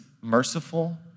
merciful